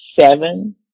seven